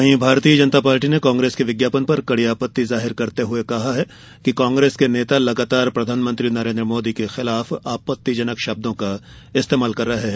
वहीं भारतीय जनता पार्टी ने कांग्रेस के विज्ञापन पर कड़ी आपत्ति जाहिर करते हुए कहा है कि कांग्रेस के नेता लगातार प्रधानमंत्री नरेन्द्र मोदी के खिलाफ आपत्तिजनक शब्दों का इस्तेमाल कर रहे हैं